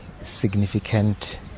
significant